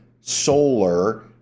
solar